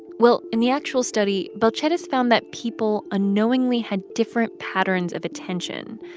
well, in the actual study, balcetis found that people unknowingly had different patterns of attention.